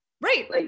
Right